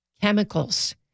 chemicals